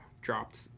dropped